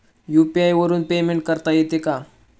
UPI वरून payment करता येते का?